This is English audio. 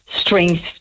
strength